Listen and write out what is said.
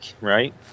right